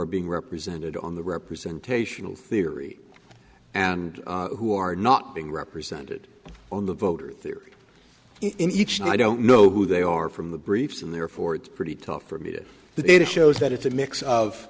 are being represented on the representational theory and who are not being represented on the voter theory in each and i don't know who they are from the briefs and therefore it's pretty tough for me that the data shows that it's a mix of